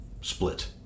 split